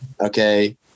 okay